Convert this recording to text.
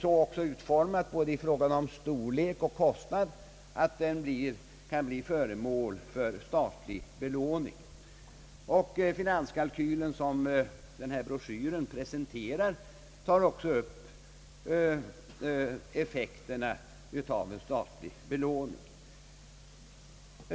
Villan är så utformad, både i fråga om storlek och kostnad, att den kan bli föremål för statlig belåning, och den finansieringskalkyl som presenteras i broschyren tar också upp effekterna av en statlig belåning.